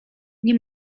nie